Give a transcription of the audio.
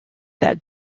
that